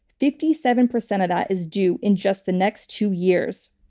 fifty seven percent of that is due in just the next two years.